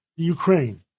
ukraine